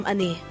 Ani